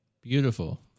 Beautiful